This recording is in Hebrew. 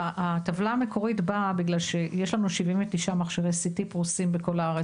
הטבלה המקורית באה בגלל שיש לנו 79 מכשירי CT פרוסים בכל הארץ.